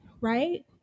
right